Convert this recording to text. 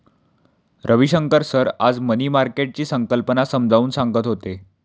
Ravishankar sir आज money मार्केटची संकल्पना समजावून सांगत होते